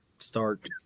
Start